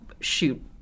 shoot